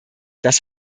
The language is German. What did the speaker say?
das